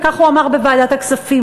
כך הוא אמר בוועדת הכספים,